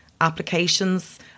applications